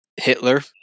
Hitler